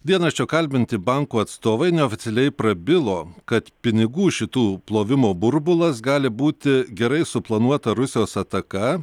dienraščio kalbinti bankų atstovai neoficialiai prabilo kad pinigų šitų plovimo burbulas gali būti gerai suplanuota rusijos ataka